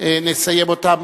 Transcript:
נסיים אותן.